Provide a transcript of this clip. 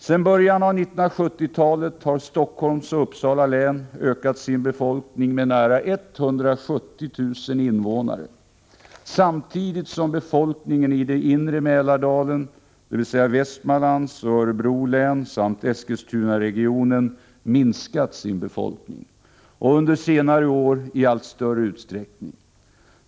Sedan början av 1970-talet har Stockholms och Uppsala läns befolkning ökat med nära 170 000 invånare, samtidigt som befolkningen i den inre Mälardalen, dvs. Västmanlands och Örebro län samt Eskilstunaregionen, minskat — och under senare år i allt större utsträckning.